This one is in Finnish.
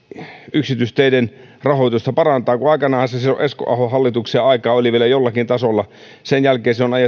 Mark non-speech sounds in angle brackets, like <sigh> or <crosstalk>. yksityisteiden rahoitusta parantaa aikanaanhan silloin esko ahon hallituksen aikaan se oli vielä jollakin tasolla mutta sen jälkeen se on on <unintelligible>